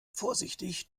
vorsichtig